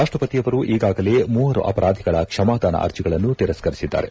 ರಾಷ್ಷಪತಿಯವರು ಈಗಾಗಲೇ ಮೂವರು ಅಪರಾಧಿಗಳ ಕ್ಷಮಾದಾನ ಅರ್ಜಿಗಳನ್ನು ತಿರಸ್ಕರಿಸಿದ್ದಾರೆ